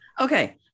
Okay